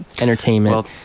entertainment